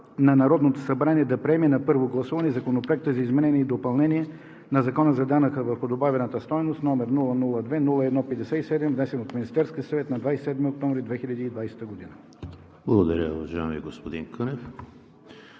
на Народното събрание да приеме на първо гласуване Законопроект за изменение и допълнение на Закона за данък върху добавената стойност, № 002-01-57, внесен от Министерския съвет на 27 октомври 2020 г.“ ПРЕДСЕДАТЕЛ ЕМИЛ ХРИСТОВ: Благодаря, уважаеми господин Кънев.